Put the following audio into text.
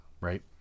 Right